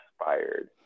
inspired